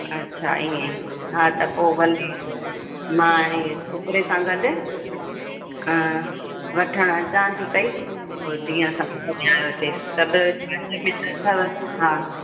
अच्छा इहो हा त पोइ भले मां इहो छोकिरे सां गॾु वठणु अचां थी पेई पोइ जीअं समुझ में आयो अचे अथव हा